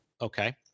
Okay